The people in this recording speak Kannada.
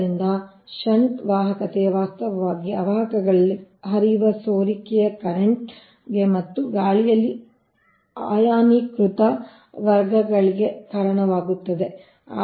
ಆದ್ದರಿಂದ ಷಂಟ್ ವಾಹಕತೆಯು ವಾಸ್ತವವಾಗಿ ಅವಾಹಕಗಳಲ್ಲಿ ಹರಿಯುವ ಸೋರಿಕೆ ಕರೆಂಟ್ ಗೆ ಮತ್ತು ಗಾಳಿಯಲ್ಲಿ ಅಯಾನೀಕೃತ ಮಾರ್ಗಗಳಿಗೆ ಕಾರಣವಾಗುತ್ತಕರೆಂಟ್ ದೆ